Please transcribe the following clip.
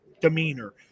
demeanor